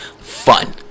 fun